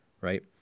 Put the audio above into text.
right